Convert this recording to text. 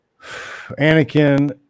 Anakin